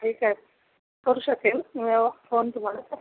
ठीक आहे करू शकेल म्यव फोन तुम्हाला करेल